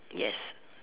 yes